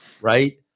right